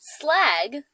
Slag